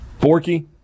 Borky